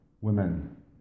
women